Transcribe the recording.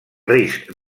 risc